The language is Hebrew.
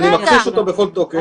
אני מכחיש אותו בכל תוקף.